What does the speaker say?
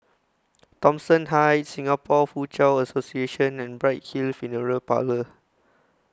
Thomson Heights Singapore Foochow Association and Bright Hill Funeral Parlour